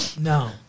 No